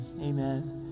amen